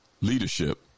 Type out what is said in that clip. Leadership